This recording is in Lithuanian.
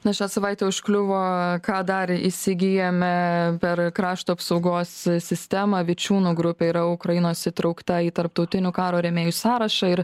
na šią savaitę užkliuvo ką darė įsigyjame per krašto apsaugos sistemą vičiūnų grupė yra ukrainos įtraukta į tarptautinių karo rėmėjų sąrašą ir